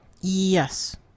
yes